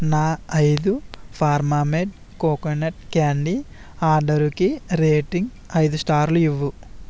నా ఐదు pharma med coconut candy ఆర్డరుకి రేటింగ్ ఐదు స్టార్లు ఇవ్వు